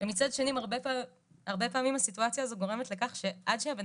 ומצד שני הרבה פעמים הסיטואציה הזאת גורמת לכך שעד שהבן